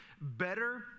better